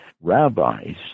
rabbis